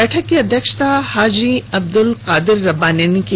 बैठक की अध्यक्षता हाजी अब्दुल कादिर रब्बानी ने की